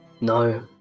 No